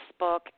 Facebook